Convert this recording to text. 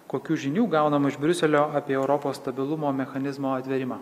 kokių žinių gaunama iš briuselio apie europos stabilumo mechanizmo atvėrimą